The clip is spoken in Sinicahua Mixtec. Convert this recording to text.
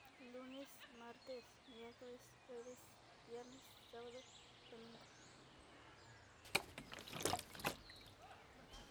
Kivi in, kivi uu, kivi uni, kivi kun, kivi u’um.